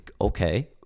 okay